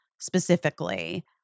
specifically